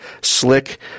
slick